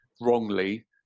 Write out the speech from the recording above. wrongly